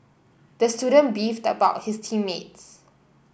the student beefed about his team mates